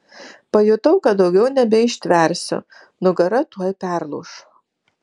pajutau kad daugiau nebeištversiu nugara tuoj perlūš